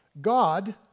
God